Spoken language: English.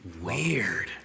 Weird